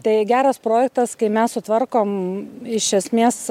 tai geras projektas kai mes sutvarkom iš esmės